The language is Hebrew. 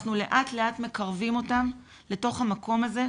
אנחנו לאט לאט מקרבים אותם לתוך המקום הזה,